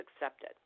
accepted